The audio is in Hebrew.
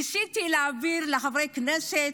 ניסיתי להעביר לחברי כנסת,